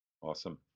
Awesome